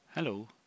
Hello